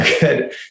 good